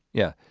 yeah,